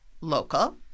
local